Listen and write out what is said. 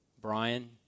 Brian